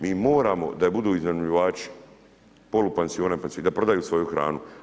Mi moramo da budu iznajmljivači polupansiona, pansiona, da prodaju svoju hranu.